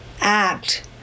act